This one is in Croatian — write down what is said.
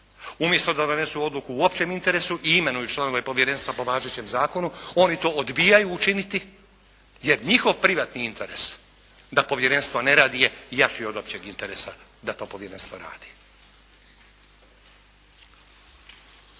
umjesto da donesu odluku u općem interesu i imenuju članove povjerenstva po važećem zakoni oni to odbijaju učiniti jer njihov privatni interes da povjerenstvo ne radi je jači od općeg interesa da to povjerenstvo radi.